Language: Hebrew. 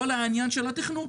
כל העניין של התכנון,